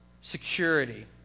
security